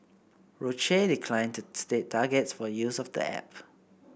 Roche declined to state targets for use of the app